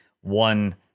one